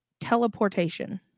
teleportation